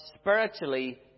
spiritually